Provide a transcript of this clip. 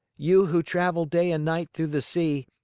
you who travel day and night through the sea,